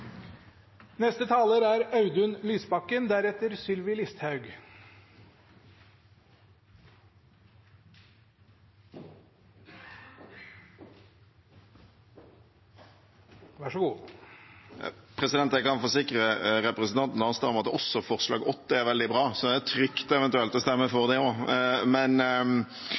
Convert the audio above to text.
Jeg kan forsikre representanten Arnstad om at også forslag nr. 8 er veldig bra, så det er trygt eventuelt å stemme for det også. Også i SV gjør vi det sånn at vi stemmer for det vi for, originalt nok, og